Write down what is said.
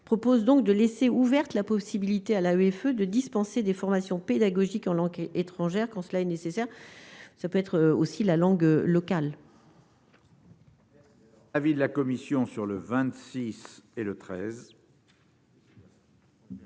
propose donc de laisser ouverte la possibilité à la greffe de dispenser des formations pédagogique en langues étrangères, quand cela est nécessaire, ça peut être aussi la langue locale.